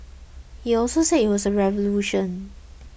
he also said it was a revolution